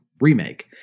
remake